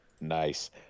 Nice